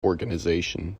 organization